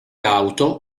auto